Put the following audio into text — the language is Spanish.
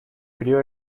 crio